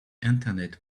internet